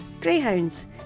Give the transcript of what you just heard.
greyhounds